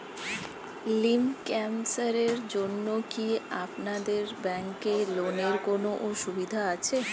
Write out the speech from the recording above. Lymph ক্যানসারের জন্য কি আপনাদের ব্যঙ্কে লোনের কোনও সুবিধা আছে?